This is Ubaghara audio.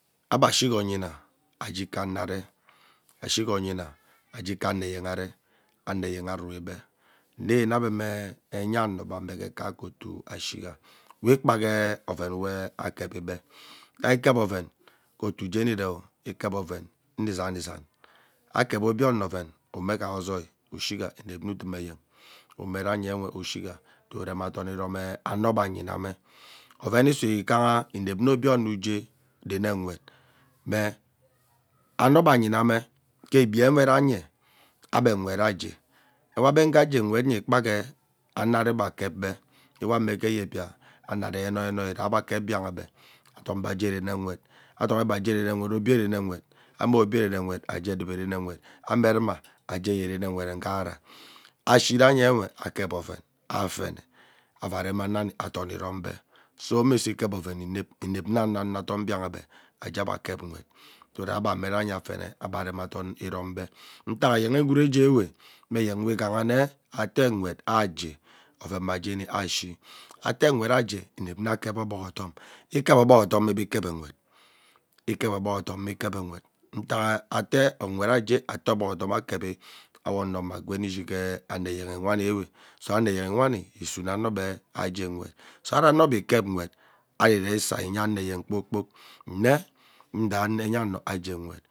Agbe shiga oyina aje ike ano aree ashiga oyina aje ike ano eyen aree ano eyen arei ebe nnyene abe mme enya ano be amee ke kaeke otuo ashiga. We kpagee ovenwe akevi be, ghea ikeve oven ghee otuo jeni ereeo ikep oven ani zaani zaan akevi obio ono oven mme ghai ozoi ushu gha inep mme udum eyen umeranyewe ushigha son rem adon erom ano be anyena mme oven isuo eghaa inep mme obio ono ugee deene nwet mme ano be anyhame ke egbenwe rei anye ebe nwet ajee ewee agbe ghaa jee nwet je ikpagee ano aree gbee akep be, ewanwe ke yebia ano are ke ininoi raaa ebe akep biang ebe. Adom ebe ajee reune nwet adomi ebe ajee rene nwet, obie rene nwet mme obie rene nwet ajee eduvo rene nwet mme ruma ajee rene nwet re nghara ashiranye we akep oven afene avuu aram amani adon irombe. So imisuo ikep oven inep, inep mma ana-ano adom biangbe ajee ebe ajee kep nwet so that ebe nuneranye fene ebe rem adom irom be ntak irene ngwure jewe meeyen we ighanne atee nwet ajee oven mma jeni ashii atee nwet ajee inep anaa akep obog odom. Ikep ogbog odam mme gba ikevi, rene nwet, ikep ogbog odom mme gbaa ikep nwet nthaa atee nwet ajee ate ogbog odom akevi awo ono mum akgeni ishi ghee ano eyehi whaniwe so ano eyenhi whani isune ano bee ajee nwet sot ari ano be ikep nwet ari ivei isaa enye ano eyen kpoor kpok nne ado enya ano nne jee nwet.